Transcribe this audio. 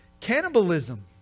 cannibalism